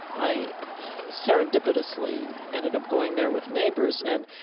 i serendipitously ended up going there with neighbors and,